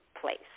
place